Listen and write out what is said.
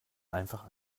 einfach